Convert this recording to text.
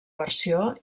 versió